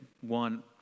One